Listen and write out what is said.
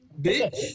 Bitch